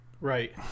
right